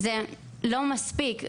זה לא מספיק.